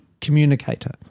communicator